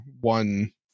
one